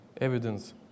evidence